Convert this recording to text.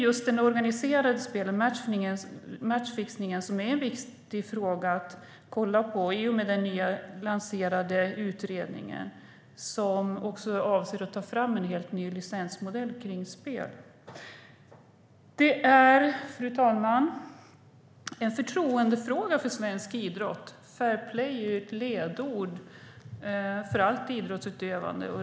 Just det organiserade spelet, matchfixningen, är en viktig fråga att kolla på i och med den nyligen lanserade utredningen, där man avser att ta fram en helt ny licensmodell för spel. Det är, fru talman, en förtroendefråga för svensk idrott. Fair play är ledord för allt idrottsutövande.